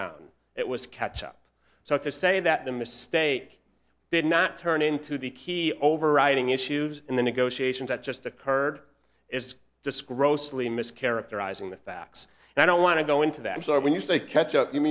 down it was catch up so to say that the mistake did not turn into the key overriding issues in the negotiations that just occurred is disgracefully mischaracterizing the facts and i don't want to go into that so when you say catch